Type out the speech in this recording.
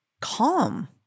calm